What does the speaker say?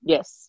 Yes